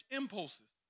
impulses